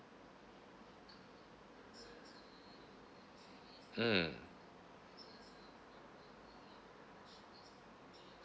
mm